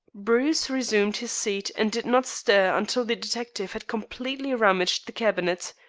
bruce resumed his seat, and did not stir until the detective had completely rummaged the cabinet.